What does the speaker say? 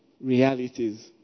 realities